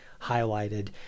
highlighted